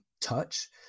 touch